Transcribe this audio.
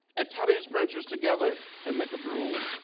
and tie these branches together and make a broom.